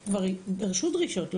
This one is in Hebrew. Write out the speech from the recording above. הרשויות כבר דרשו דרישות,